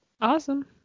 awesome